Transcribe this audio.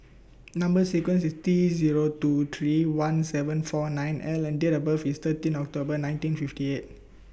Number sequence IS T Zero two three one seven four nine L and Date of birth IS thirteen October nineteen fifty eight